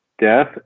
death